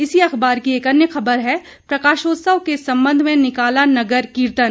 इसी अखबार की अन्य खबर है प्रकाशोत्सव के संबंध में निकाला नगर कीर्तन